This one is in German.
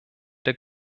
der